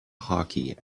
hockey